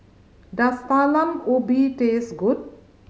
does Talam Ubi taste good